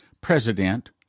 president